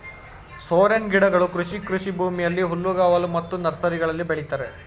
ಸೋರೆನ್ ಗಿಡಗಳು ಕೃಷಿ ಕೃಷಿಭೂಮಿಯಲ್ಲಿ, ಹುಲ್ಲುಗಾವಲು ಮತ್ತು ನರ್ಸರಿಗಳಲ್ಲಿ ಬೆಳಿತರೆ